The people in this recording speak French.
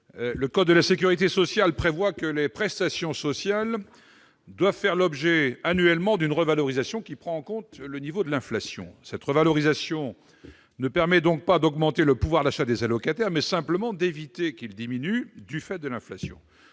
Le code de la sécurité sociale prévoit que les prestations sociales doivent faire l'objet d'une revalorisation annuelle qui prend en compte le niveau de l'inflation. La présente revalorisation ne permet donc pas d'augmenter le pouvoir d'achat des allocataires, mais simplement d'éviter qu'il diminue du fait de l'inflation.